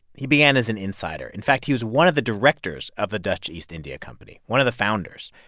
he began as an insider. in fact, he was one of the directors of the dutch east india company one of the founders.